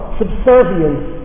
subservience